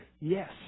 yes